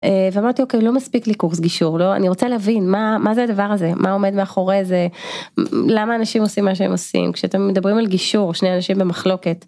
אה, והיא אומרת לי אוקיי לא מספיק לי קורס גישור. לא, אני רוצה להבין מה... מה זה הדבר הזה מה עומד מאחורי זה למה אנשים עושים מה שהם עושים, כשאתם מדברים על גישור שני אנשים במחלוקת.